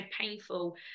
painful